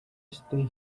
stay